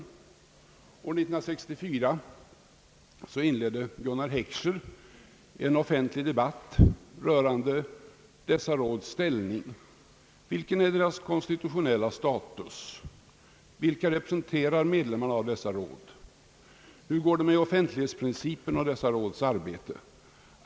År 1964 inledde Gunnar Heckscher en offentlig debatt rörande dessa råds ställning. Vilken är deras konstitutionella status? Vilka representerar medlemmarna av dessa råd? Hur går det med offentlighetsprincipen och dessa råds arbete?